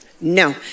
no